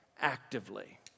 actively